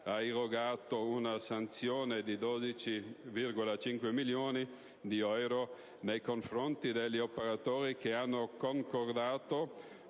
ha irrogato una sanzione di 12,5 milioni di euro nei confronti degli operatori che hanno concordato